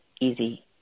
easy